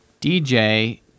DJ